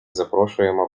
запрошуємо